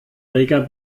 reger